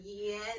yes